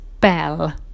Bell